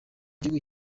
gihugu